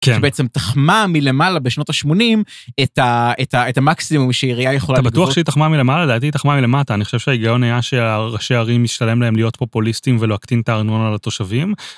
כן, בעצם תחמה מלמעלה בשנות ה-80 את המקסימום שעיריה יכולה לגבות. אתה בטוח שהיא תחמה מלמעלה? לדעתי היא תחמה מלמטה, אני חושב שההיגיון היה שראשי הערים משתלם להם להיות פופוליסטים ולהקטין את הארנונה לתושבים.